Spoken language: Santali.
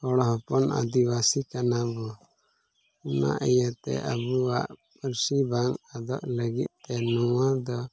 ᱦᱚᱲ ᱦᱚᱯᱚᱱ ᱟᱹᱫᱤᱵᱟᱹᱥᱤ ᱠᱟᱱᱟ ᱵᱚᱱ ᱚᱱᱟ ᱤᱭᱟᱹᱛᱮ ᱟᱵᱚᱣᱟᱜ ᱯᱟᱹᱨᱥᱤ ᱵᱟᱝ ᱟᱫᱚᱜ ᱞᱟᱹᱜᱤᱫᱛᱮ ᱱᱚᱣᱟ ᱫᱚ